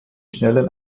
schnellen